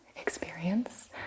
experience